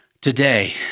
Today